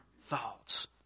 thoughts